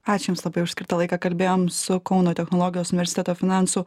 ačiū jums labai už skirtą laiką kalbėjom su kauno technologijos universiteto finansų